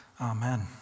Amen